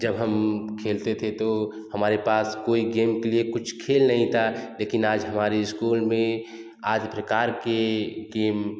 जब हम खेलते थे तो हमारे पास कोई गेम प्रियेड कुछ खेल नहीं था लेकिन आज हमारे इस्कूल में आज प्रकार के गेम